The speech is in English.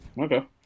Okay